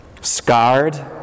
Scarred